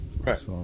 Right